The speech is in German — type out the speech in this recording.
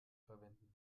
verwenden